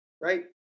Right